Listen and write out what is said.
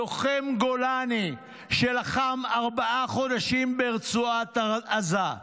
לוחם גולני שלחם ארבעה חודשים ברצועת עזה.